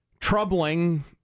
troubling